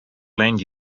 land